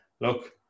look